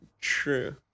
True